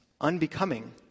unbecoming